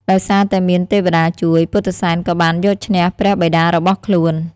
ដោយសារតែមានទេវតាជួយ ពុទ្ធិសែនក៏បានយកឈ្នះព្រះបិតារបស់ខ្លួន។